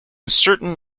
certain